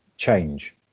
Change